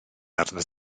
arnat